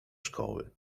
szkoły